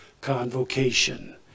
convocation